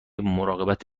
مراقبت